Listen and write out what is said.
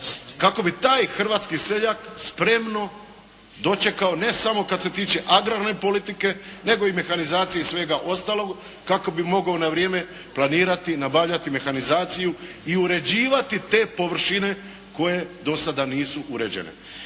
kako bi taj hrvatski seljak spremno dočekao, ne samo kad se tiče agrarne politike, nego i mehanizacije i svega ostalog, kako bi mogao na vrijeme planirati i nabavljati mehanizaciju i uređivati te površine koje dosada nisu uređene.